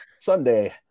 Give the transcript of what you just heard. Sunday